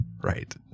Right